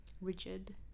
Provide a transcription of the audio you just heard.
rigid